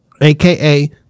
AKA